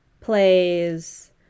plays